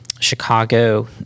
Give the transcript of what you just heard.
Chicago